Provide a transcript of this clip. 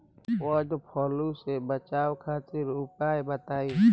वड फ्लू से बचाव खातिर उपाय बताई?